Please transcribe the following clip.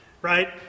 right